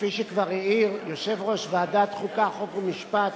כפי שכבר העיר יושב-ראש ועדת חוקה, חוק ומשפט,